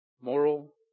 Moral